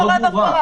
זה מה שקורה בפועל.